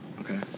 Okay